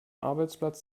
arbeitsplatz